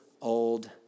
old